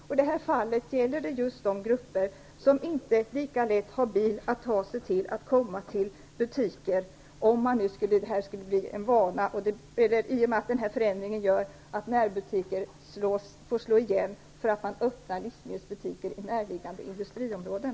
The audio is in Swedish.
I detta fall gäller det de som inte har bil och inte alltid lika lätt kan ta sig till butiker, i och med att närbutiker får slå igen för att livsmedelsbutiker öppnas i industriområden.